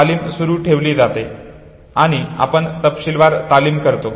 तालीम सुरु ठेवली जाते आणि आपण तपशीलवार तालीम करतो